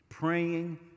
Praying